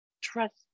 trust